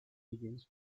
higgins